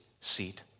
seat